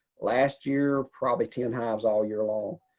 last year, probably ten hives all year long.